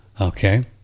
Okay